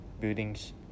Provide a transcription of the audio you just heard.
buildings